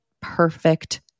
perfect